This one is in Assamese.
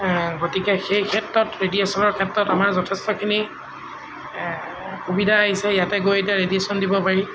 গতিকে সেই ক্ষেত্ৰত ৰেডিয়েশ্যনৰ ক্ষেত্ৰত আমাৰ যথেষ্টখিনি সুবিধা আহিছে ইয়াতে গৈ এতিয়া ৰেডিয়েশ্যন দিব পাৰি